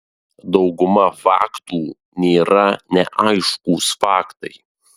dauguma faktų nėra neaiškūs faktai